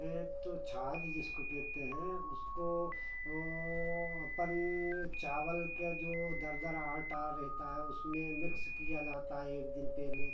तो छाछ जिसको कहते हैं उसको अपन चावल के जो दरदरा आटा रहता है उसमें मिक्स किया जाता है एक दिन पहले